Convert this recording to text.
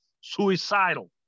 suicidal